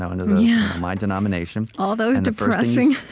um and yeah my denomination, all those depressing,